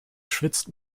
schwitzt